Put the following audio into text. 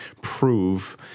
prove